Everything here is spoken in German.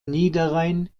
niederrhein